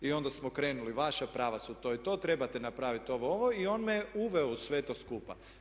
I onda smo krenuli, vaša prava su to i to, trebate napraviti ovo, ovo i on me uveo u to sve skupa.